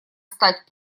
стать